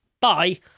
Bye